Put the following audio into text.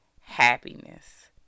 happiness